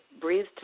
Breathe